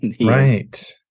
right